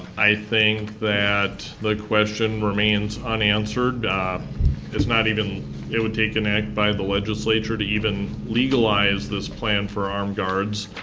i think that the question remains unanswered, it's not even it would take an act by the legislature to even legalize this plan for armed guards,